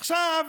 עכשיו,